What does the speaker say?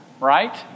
right